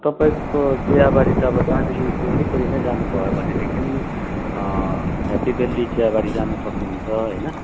तपाईँको चियाबारी त अब दार्जिलिङको वरिपरि नै जानु भयो भनेदेखि ह्याप्पी भ्याल्ली चियाबारी जानु सक्नुहुन्छ होइन